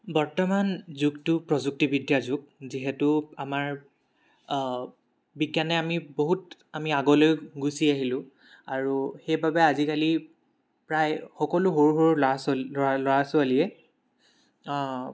বৰ্তমান যুগটো প্ৰযুক্তিবিদ্যাৰ যুগ যিহেতু আমাৰ বিজ্ঞানে আমি বহুত আমি আগলৈ গুচি আহিলোঁ আৰু সেইবাবে আজিকালি প্ৰায় সকলো সৰু সৰুল'ৰা ছা ল'ৰা ল'ৰা ছোৱালীয়ে